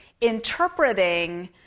interpreting